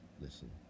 listen